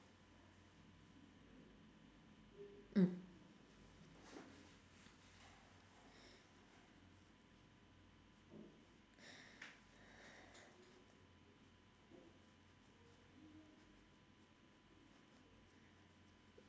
mm